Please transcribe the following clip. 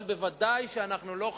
אבל ודאי שאנחנו לא,